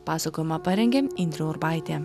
pasakojimą parengė indrė urbaitė